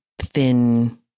thin